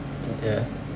ya